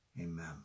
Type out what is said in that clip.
Amen